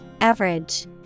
Average